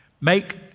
Make